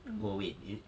oh wait it